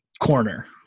corner